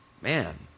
Man